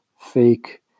fake